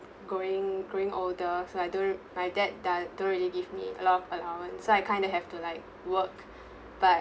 growing growing older so I don't my dad da~ don't really give me a lot of allowance so I kind of have to like work but